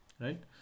right